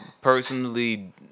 personally